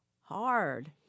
hard